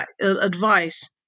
advice